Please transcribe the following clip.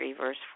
verse